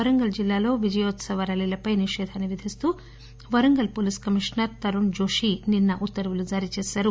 వరంగల్ జిల్లాలో విజయోత్పవ ర్యాలీలపై నిషేధాన్ని విధిస్తూ వరంగల్ పోలీస్ కమిషనర్ తరుణ్ జోషి నిన్న ఉత్తర్వులుజారీ చేశారు